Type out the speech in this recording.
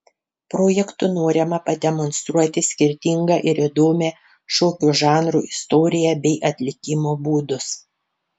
projektu norima pademonstruoti skirtingą ir įdomią šokių žanrų istoriją bei atlikimo būdus